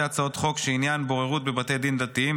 הצעות חוק שעניינן בוררות בבתי דין דתיים.